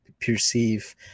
perceive